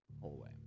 hallway